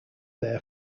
there